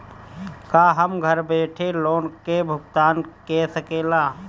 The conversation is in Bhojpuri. का हम घर बईठे लोन के भुगतान के शकेला?